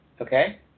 Okay